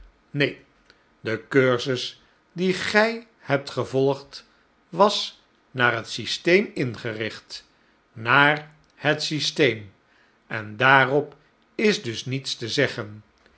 neen de cursus dien gij hebt gevolgd was naar het systeem ingericht naar het systeem en daarop is dus niets te zeggen